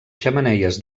xemeneies